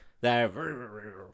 They're-